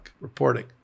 reporting